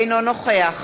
אינו נוכח